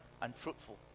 unfruitful